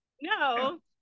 no